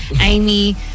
Amy